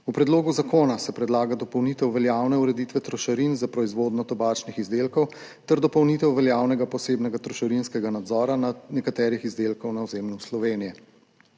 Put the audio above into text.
V predlogu zakona se predlaga dopolnitev veljavne ureditve trošarin za proizvodnjo tobačnih izdelkov ter dopolnitev veljavnega posebnega trošarinskega nadzora nekaterih izdelkov na ozemlju Slovenije.